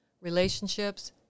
relationships